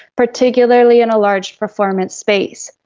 particularly in a large performance space.